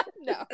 no